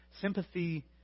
Sympathy